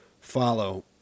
follow